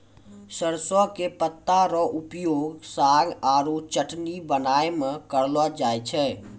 सरसों के पत्ता रो उपयोग साग आरो चटनी बनाय मॅ करलो जाय छै